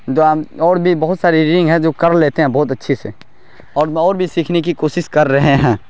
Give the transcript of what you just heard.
اور بھی بہت سارے ہے جو کر لیتے ہیں بہت اچھی سے اور بھی اور سیکھنے کی کوسس کر رہے ہیں